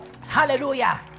Hallelujah